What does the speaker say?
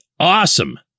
Awesome